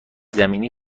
زمینی